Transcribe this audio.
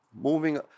moving